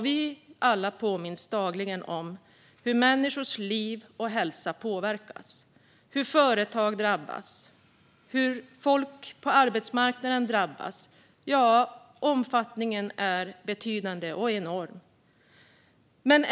Vi påminns alla dagligen om hur människors liv och hälsa påverkas, hur företag drabbas, hur folk på arbetsmarknaden drabbas - ja, omfattningen är betydande och enorm.